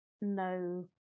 no